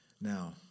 Now